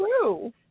true